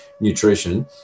nutrition